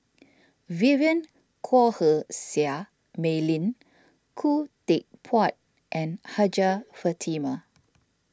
Vivien Quahe Seah Mei Lin Khoo Teck Puat and Hajjah Fatimah